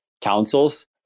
councils